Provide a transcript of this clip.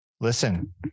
listen